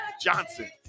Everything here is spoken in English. Johnson